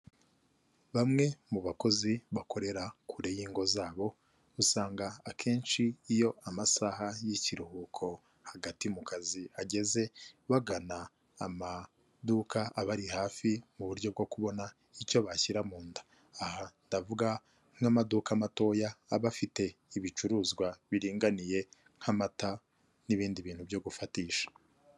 Bamwe mu bakozi bakorera kure y’ingo zabo, usanga akenshi iyo amasaha y’ikiruhuko hagati mu kazi ageze, bagana amaduka abari hafi mu buryo bwo kubona icyo bashyira mu nda. Aha ndavuga nk’amaduka matoya, aba afite ibicuruzwa biringaniye nk’amata n’ibindi bintu byo gufatisha.